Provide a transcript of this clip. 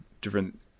different